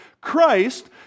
Christ